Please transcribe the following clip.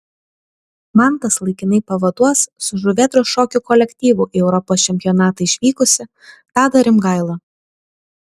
mantas laikinai pavaduos su žuvėdros šokių kolektyvu į europos čempionatą išvykusi tadą rimgailą